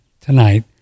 tonight